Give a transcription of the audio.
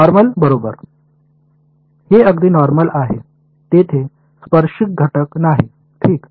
normal बरोबर हे अगदी नॉर्मल आहे तेथे स्पर्शिक घटक नाही ठीक